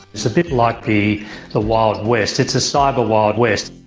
it's a bit like the the wild west. it's a cyber wild west.